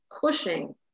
pushing